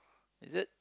is it